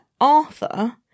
Arthur